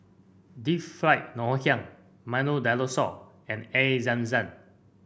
Deep Fried Ngoh Hiang Milo Dinosaur and Air Zam Zam